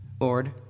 Lord